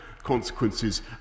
consequences